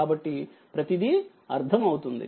కాబట్టి ప్రతీది అర్థం అవుతుంది